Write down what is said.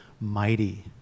mighty